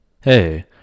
Hey